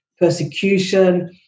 persecution